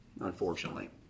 Unfortunately